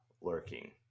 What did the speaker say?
lurking